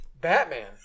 Batman